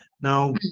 Now